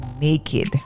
naked